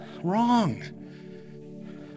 Wrong